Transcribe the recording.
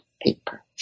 paper